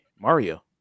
Mario